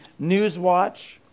Newswatch